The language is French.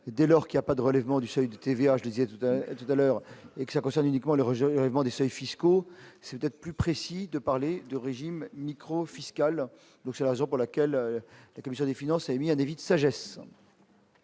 dès lors qu'il y a pas de relèvement du seuil de TVA, je disais tout à tout à l'heure et que ça concerne uniquement les rejets enlèvement des seuils fiscaux, c'est d'être plus précis, de parler de régime micro-fiscal, donc c'est la raison pour laquelle la commission des finances émis à David sagesse.